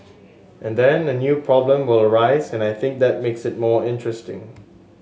and then a new problem will arise and I think that makes it more interesting